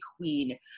queen